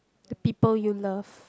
the people you love